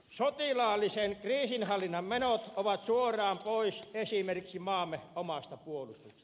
sotilaallisen kriisinhallinnan menot ovat suoraan pois esimerkiksi maamme omasta puolustuksesta